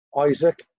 isaac